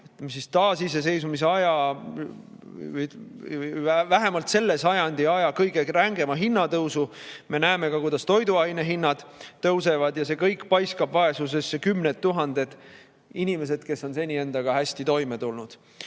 taasiseseisvuse aja või vähemalt selle sajandi kõige rängema hinnatõusu. Me näeme ka, kuidas toiduainehinnad tõusevad. See kõik paiskab vaesusesse kümned tuhanded inimesed, kes on seni endaga hästi toime tulnud.